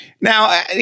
Now